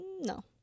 No